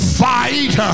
fight